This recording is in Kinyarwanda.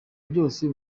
byose